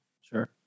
Sure